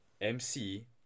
MC